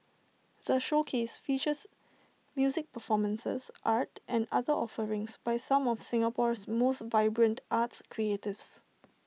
the showcase features music performances art and other offerings by some of Singapore's most vibrant arts creatives